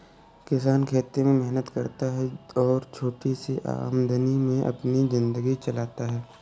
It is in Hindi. किसान खेत में मेहनत करता है और छोटी सी आमदनी में अपनी जिंदगी चलाता है